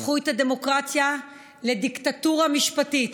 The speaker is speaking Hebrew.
הפכו את הדמוקרטיה לדיקטטורה משפטית.